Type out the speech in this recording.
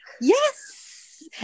yes